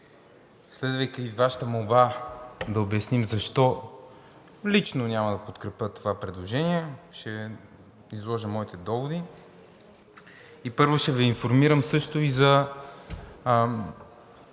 следвайки Вашата молба да обясня защо лично няма да подкрепя това предложение, ще изложа моите доводи. Първо ще Ви съобщя също и за